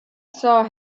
saw